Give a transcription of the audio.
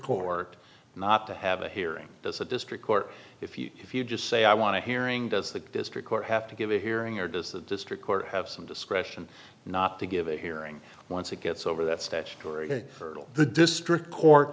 or not to have a hearing as a district court if you if you just say i want to hearing does the district court have to give a hearing or does that district court have some discretion not to give a hearing once it gets over that statutory hurdle the district court